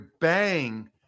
bang